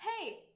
hey